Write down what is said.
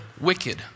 wicked